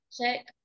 check